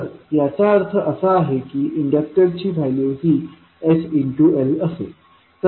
तर याचा अर्थ असा आहे की इंडक्टरची व्हॅल्यू ही sL असेल